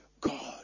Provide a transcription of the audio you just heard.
God